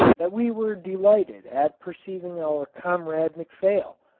that we were delighted at perceiving our comrade mcphail,